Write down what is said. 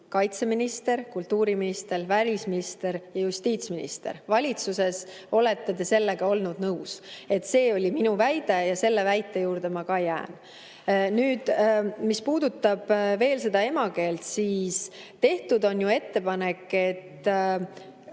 kaitseminister, kultuuriminister, välisminister ja justiitsminister. Valitsuses olete te sellega nõus olnud. See oli minu väide ja selle väite juurde ma jään. Mis puudutab veel [eesti] keelt, siis tehtud on ettepanek kanda